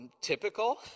Typical